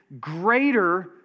greater